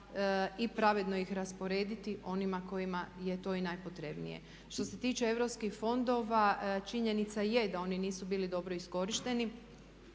i pravedno ih rasporediti onima kojima je to i najpotrebnije. Što se tiče Europskih fondova činjenica je da oni nisu bili dobro iskorišteni.